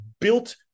built